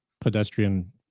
pedestrian